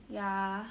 ya